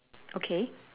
okay